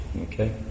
Okay